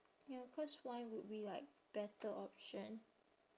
ya cause wine would be like better option